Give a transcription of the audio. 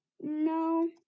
No